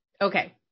Okay